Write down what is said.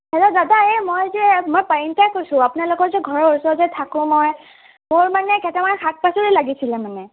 hello দাদা এই মই যে মই পৰিণীতাই কৈছোঁ আপোনালোকৰ যে ঘৰৰ ওচৰতে থাকো মই মোৰ মানে কেইটামান শাক পাচলি লাগিছিলে মানে